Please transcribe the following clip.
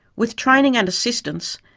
with training and assistance,